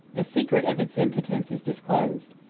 the secret of its impotence is disclosed.